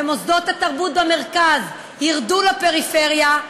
ומוסדות התרבות במרכז יֵרדו לפריפריה,